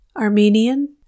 Armenian